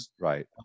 Right